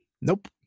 Nope